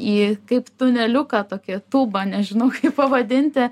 į kaip tuneliuką tokį tūbą nežinau kaip pavadinti